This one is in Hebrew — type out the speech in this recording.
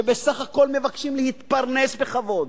שבסך הכול מבקשים להתפרנס בכבוד,